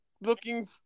looking